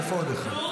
איפה עוד אחד?